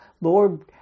Lord